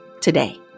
today